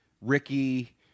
ricky